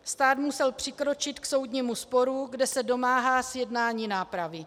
Stát musel přikročit k soudnímu sporu, kde se domáhá zjednání nápravy.